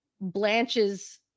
Blanche's